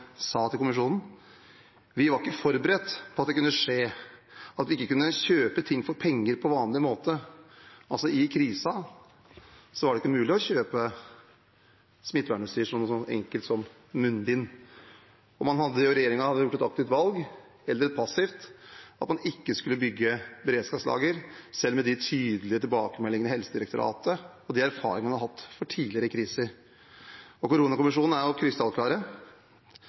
sa til kommisjonen: «Vi var ikke forberedt på at det kunne skje at vi ikke kunne kjøpe ting for penger på vanlig måte.» I krisen var det altså ikke mulig å kjøpe smittevernutstyr – som noe så enkelt som munnbind. Regjeringen hadde gjort et aktivt valg – eller et passivt – om at man ikke skulle bygge beredskapslager, selv med de tydelige tilbakemeldingene fra Helsedirektoratet og erfaringene man hadde fra tidligere kriser. Koronakommisjonen er krystallklar. Jeg kan sitere en setning, det er